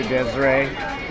Desiree